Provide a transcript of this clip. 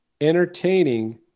Entertaining